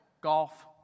golf